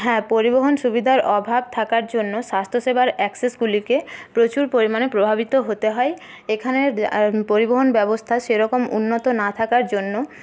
হ্যাঁ পরিবহন সুবিধার অভাব থাকার জন্য স্বাস্থ্যসেবার অ্যাকসেসগুলিকে প্রচুর পরিমাণে প্রভাবিত হতে হয় এখানে পরিবহণ ব্যবস্থা সেরকম উন্নত না থাকার জন্য